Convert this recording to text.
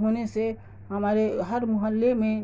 ہونے سے ہمارے ہر محلے میں